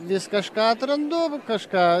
vis kažką atrandu kažką